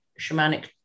shamanic